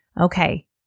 Okay